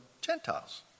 Gentiles